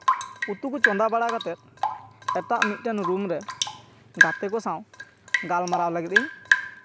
ᱩᱛᱩ ᱠᱚ ᱪᱚᱸᱫᱟ ᱵᱟᱲᱟ ᱠᱟᱛᱮᱫ ᱮᱴᱟᱜ ᱢᱤᱫᱴᱮᱱ ᱨᱩᱢ ᱨᱮ ᱜᱟᱛᱮ ᱠᱚ ᱥᱟᱶ ᱜᱟᱞᱢᱟᱨᱟᱣ ᱞᱟᱹᱜᱤᱫ ᱤᱧ